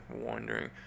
wondering